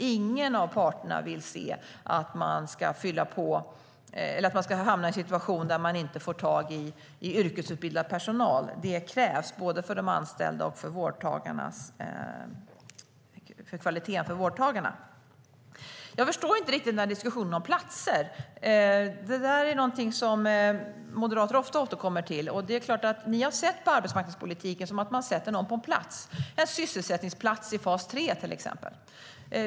Ingen av parterna vill att man ska hamna i en situation där man inte får tag i yrkesutbildad personal. Det krävs, både för de anställda och för kvaliteten för vårdtagarna. Jag förstår inte riktigt diskussionen om platser. Det är något som moderater ofta återkommer till. Ni har sett på arbetsmarknadspolitiken som att man sätter någon på en plats, Lotta Finstorp, en sysselsättningsplats i fas 3, till exempel.